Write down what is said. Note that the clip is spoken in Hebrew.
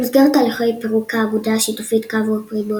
במסגרת הליכי פירוק האגודה השיתופית "קו-אופ ריבוע